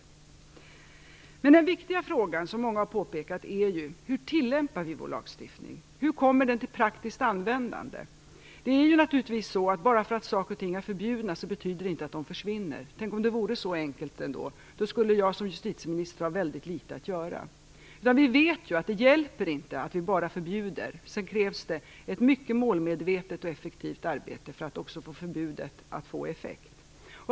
Men den viktiga frågan är ju, som många har påpekat, hur vi tillämpar vår lagstiftning. Hur kommer den till praktisk användning. Det är naturligtvis så att bara för att saker och ting är förbjudna betyder det inte att de försvinner. Tänk om det vore så enkelt. Då skulle jag som justitieminister ha väldigt litet att göra. Vi vet ju att det inte hjälper att vi bara förbjuder. Det krävs också ett mycket målmedvetet och effektivt arbete för att förbudet skall få effekt.